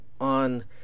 on